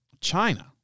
China